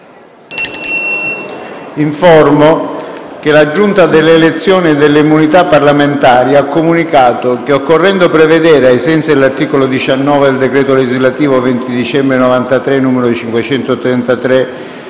Informo che la Giunta delle elezioni e delle immunità parlamentari ha comunicato che, occorrendo prevedere, ai sensi dell'articolo 19 del decreto legislativo 20 dicembre 1993 n. 533,